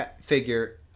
figure